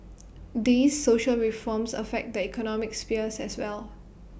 these social reforms affect the economic sphere as well